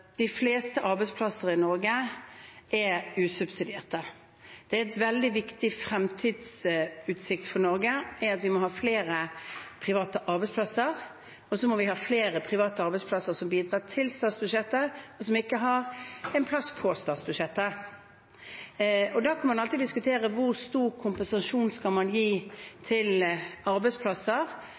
de fleste arbeidsplasser i Norge er usubsidierte. En veldig viktig fremtidsutsikt for Norge er at vi må ha flere private arbeidsplasser. Så må vi ha flere private arbeidsplasser som bidrar til statsbudsjettet, og som ikke har en plass på statsbudsjettet. Man kan alltid diskutere hvor stor kompensasjon man skal gi til arbeidsplasser